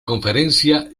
conferencia